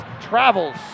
travels